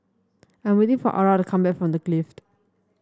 I'm waiting for Arah to come back from The Clift